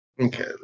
Okay